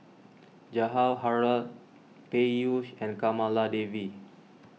Jawaharlal Peyush and Kamaladevi